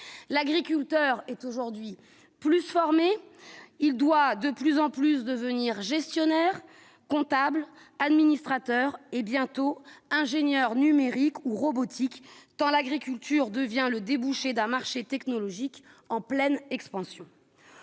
l'agriculteur est aujourd'hui plus formés, il doit de plus en plus devenir gestionnaire comptable administrateur et bientôt ingénieur numérique ou robotique dans l'agriculture devient le débouché d'un marché technologique en pleine expansion,